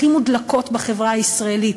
הכי מודלקות בחברה הישראלית.